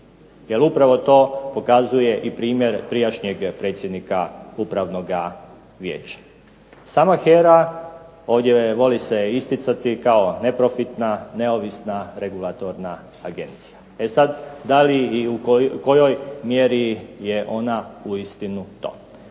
upravo to pokazuje primjer prijašnjeg predsjednika Upravnog vijeća. Sama HERA ovdje voli se isticati kao neprofitna neovisna regulatorna agencija. E sada da li i u kojoj mjeri je ona uistinu to.